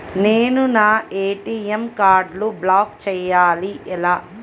నేను నా ఏ.టీ.ఎం కార్డ్ను బ్లాక్ చేయాలి ఎలా?